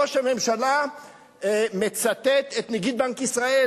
ראש הממשלה מצטט את נגיד בנק ישראל,